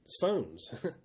phones